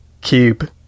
cube